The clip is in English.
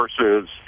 versus